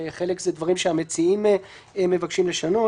חלק זה דברים שהמציעים מבקשים לשנות.